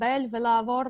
לעבור